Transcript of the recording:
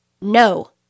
No